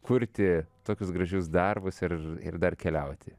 kurti tokius gražius darbus ir ir dar keliauti